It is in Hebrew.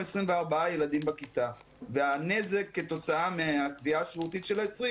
24 ילדים בכיתה והנזק כתוצאה מהקביעה השרירותית של ה-20,